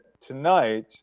tonight